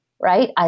right